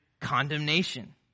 condemnation